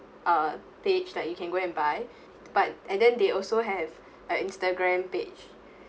uh page that you can go and buy but and then they also have uh instagram page